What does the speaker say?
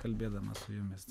kalbėdamas su jumis